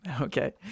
Okay